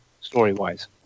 story-wise